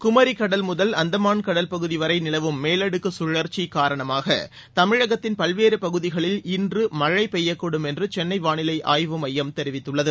குமரிக் கடல் முதல் அந்தமான் கடல் பகுதி வரை நிலவும் மேலடுக்கு கழற்சி காரணமாக தமிழகத்தின் பல்வேறு பகுதிகளில் இன்று மழை பெய்யக்கூடும் என்று சென்னை வானிலை ஆய்வு மையம் தெரிவித்துள்ளது